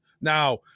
Now